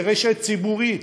זאת רשת ציבורית.